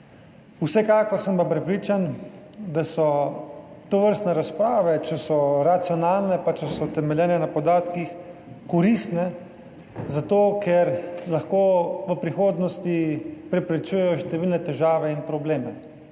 Vsekakor sem pa prepričan, da so tovrstne razprave, če so racionalne, pa če so utemeljene na podatkih, koristne zato, ker lahko v prihodnosti preprečujejo številne težave in probleme.